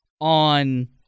on